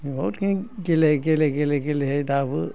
बहुदखिनि गेले गेले गेले दाबो